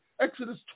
Exodus